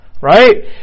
Right